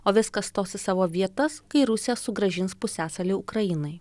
o viskas stos į savo vietas kai rusija sugrąžins pusiasalį ukrainai